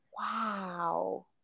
Wow